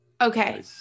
Okay